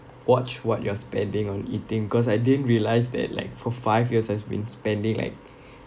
watch what you are spending on eating cause I didn't realise that like for five years I've been spending like